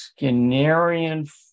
Skinnerian